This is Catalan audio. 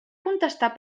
contestar